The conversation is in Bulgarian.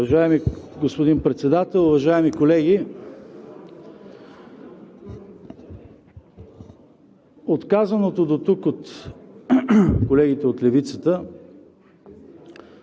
Уважаеми господин Председател, уважаеми колеги! От казаното дотук от колегите от левицата,